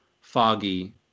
Foggy